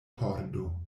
pordo